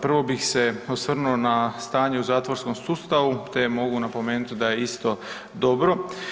Prvo bih se osvrnuo na stanje u zatvorskom sustavu te mogu napomenuti da je isto dobro.